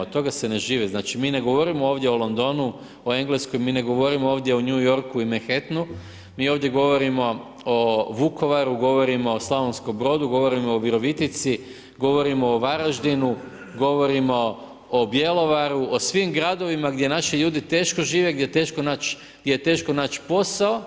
Od toga se ne živi, znači mi ne govorimo ovdje o Londonu, o Engleskoj, mi ne govorimo ovdje o New Yorku i Manhattan, mi ovdje govorimo o Vukovaru, govorimo o Slavonskom Brodu, govorimo o Virovitici, govorimo o Varaždinu, govorimo o Bjelovaru, o svim gradovima gdje naši ljudi teško žive, gdje je teško naći posao